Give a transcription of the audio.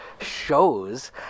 shows